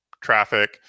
traffic